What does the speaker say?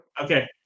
Okay